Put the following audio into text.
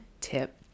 tip